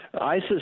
ISIS